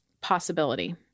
possibility